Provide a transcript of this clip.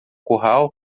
curral